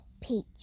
Peach